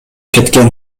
кеткен